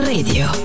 Radio